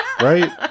Right